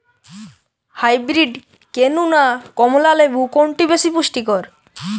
Hybrid কেনু না কমলা লেবু কোনটি বেশি পুষ্টিকর?